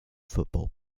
football